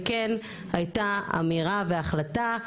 וכן הייתה אמירה והחלטה,